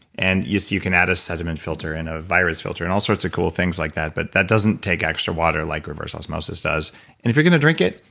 and you can add a sediment filter and a virus filter and all sorts of cool things like that. but that doesn't take extra water like reverse osmosis does if you're gonna drink it,